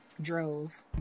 drove